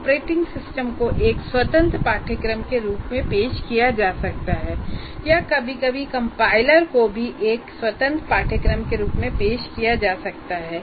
operating system को एक स्वतंत्र पाठ्यक्रम के रूप में पेश किया जाता है या कभी कभी कंपाइलर को भी एक स्वतंत्र पाठ्यक्रम के रूप में पेश किया जाता है